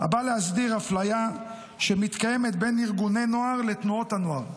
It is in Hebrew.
הבא להסדיר אפליה שקיימת בין ארגוני הנוער לתנועות הנוער.